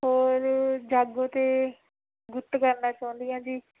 ਹੋਰ ਜਾਗੋ 'ਤੇ ਗੁੱਤ ਕਰਨਾ ਚਾਹੁੰਦੀ ਹਾਂ ਜੀ